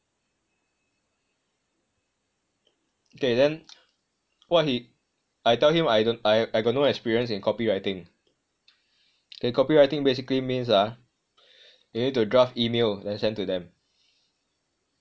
okay then what he I tell him I I got no experience in copywriting copywriting basically means ah you need to draft email then send to them